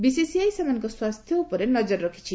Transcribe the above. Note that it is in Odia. ବିସିସିଆଇ ସେମାନଙ୍କ ସ୍ୱାସ୍ଥ୍ୟ ଉପରେ ନଜର ରଖିଛି